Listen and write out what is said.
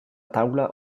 taula